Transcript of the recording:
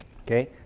okay